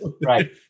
Right